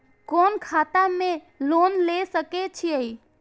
कोन खाता में लोन ले सके छिये?